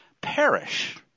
perish